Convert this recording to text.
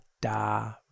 da